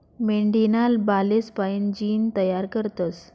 मेंढीना बालेस्पाईन जीन तयार करतस